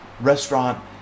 restaurant